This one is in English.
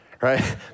right